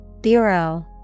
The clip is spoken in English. Bureau